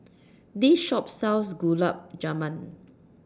This Shop sells Gulab Jamun